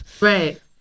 right